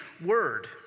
word